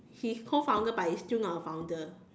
his co founder but he's still not the founder